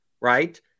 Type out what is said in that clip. right